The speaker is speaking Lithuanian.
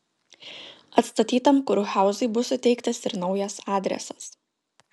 atstatytam kurhauzui bus suteiktas ir naujas adresas